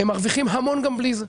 הם מרוויחים המון גם בלי זה.